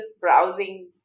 browsing